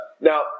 now